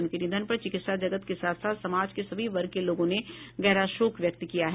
उनके निधन पर चिकित्सा जगत के साथ साथ समाज के सभी वर्ग के लोगों ने गहरा शोक व्यक्त किया है